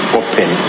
open